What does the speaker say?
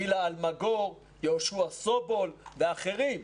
גילה אלמגור, יהושע סובול ואחרים.